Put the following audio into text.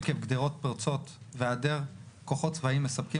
עקב גדרות פרוצות והיעדר כוחות צבאיים מספקים,